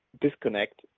disconnect